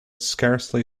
scarcely